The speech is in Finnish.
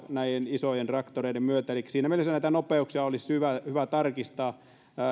näiden isojen traktorien myötä elikkä näitä nopeuksia olisi hyvä tarkistaa